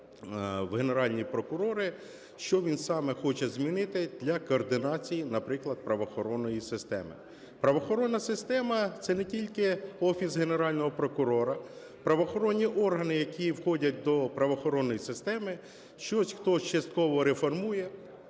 у Генеральні прокурори, що він саме хоче змінити для координації, наприклад, правоохоронної системи. Правоохоронна система – це не тільки Офіс Генерального прокурора. Правоохоронні органи, які входять до правоохоронної системи, щось хтось частково реформує,